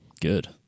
Good